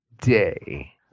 day